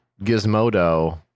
Gizmodo